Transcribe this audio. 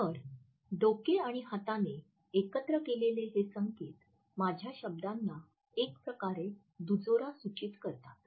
तर डोके आणि हाताने एकत्र केलेले हे संकेत माझ्या शब्दांना एकप्रकारे दुजोरा सूचित करतात